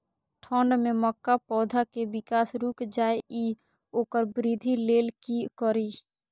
ठंढ में मक्का पौधा के विकास रूक जाय इ वोकर वृद्धि लेल कि करी?